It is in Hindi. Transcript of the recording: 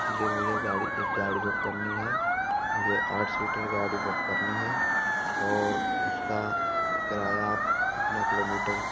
इसीलिए मुझे गाड़ी एक गाड़ी बुक करनी है मुझे आठ सीटर गाड़ी बुक करनी है और उसका किराया कितना किलोमीटर